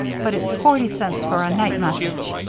but it's forty cents for a night message.